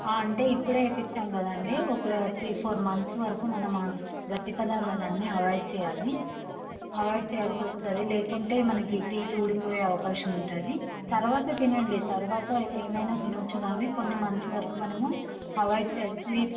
అంటే ఇప్పుడే వేయించాం కదండి ఒక త్రీ ఫోర్ మంత్స్ వరకు మనం ఆ గట్టి పదార్థాలు అన్నీ అవైడ్ చేయాలి అవైడ్ చేయాల్సి వస్తుంది లేకుంటే మనకు టీత్ ఊడిపోయే అవకాశం ఉంటుంది తర్వాత తినండి తర్వాత ఏమైన తిన వచ్చు కానీ కొన్ని మంత్స్ వరకు మనము అవాయిడ్ చేస్తే స్వీట్స్